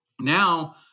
Now